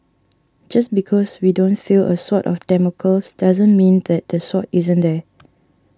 just because we don't feel a Sword of Damocles doesn't mean that the sword isn't there